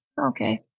Okay